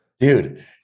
Dude